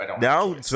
Now